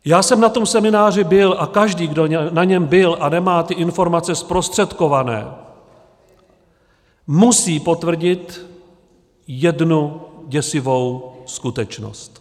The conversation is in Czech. Já jsem na semináři byl a každý, kdo na něm byl a nemá ty informace zprostředkované, musí potvrdit jednu děsivou skutečnost.